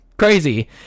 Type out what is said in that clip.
crazy